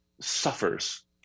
suffers